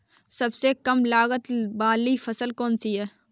सबसे कम लागत वाली फसल कौन सी है?